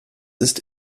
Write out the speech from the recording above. ist